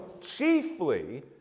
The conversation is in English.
chiefly